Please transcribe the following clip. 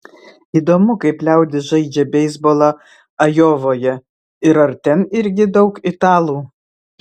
įdomu kaip liaudis žaidžia beisbolą ajovoje ir ar ten irgi daug italų